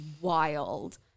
wild